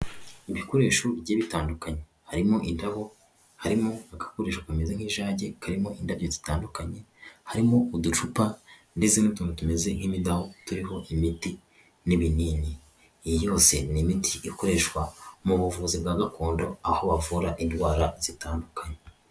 Ibikoresho bigiye bitandukanye, harimo indabo, harimo agakoresho kameze nk'ijage karimo indabyo zitandukanye, harimo uducupa ndetse n'utuntu tumeze nk'imidaho turiho imiti n'ibinini, iyi yose ni imiti ikoreshwa mu buvuzi bwa gakondo aho bavura indwara zitandukanye.